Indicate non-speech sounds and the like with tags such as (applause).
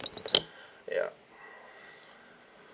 ya (breath)